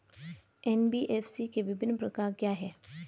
NBFC के विभिन्न प्रकार क्या हैं?